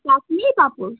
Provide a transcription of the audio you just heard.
চাটনি পাঁপড়